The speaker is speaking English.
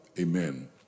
Amen